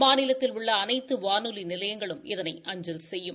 மாநிலத்தில் உள்ள அனைத்து வானொலி நிலையங்களும் இதனை அஞ்சல் செய்யும்